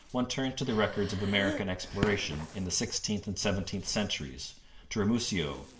one turns to the records of american exploration in the sixteenth and seventeenth centuries to ramusio,